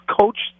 coached